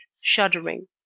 shuddering